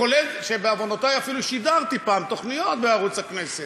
כולל שבעוונותי אפילו שידרתי פעם תוכניות בערוץ הכנסת.